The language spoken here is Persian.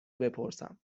بپرسم